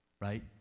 right